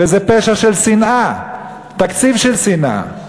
וזה פשע של שנאה, תקציב של שנאה.